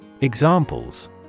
Examples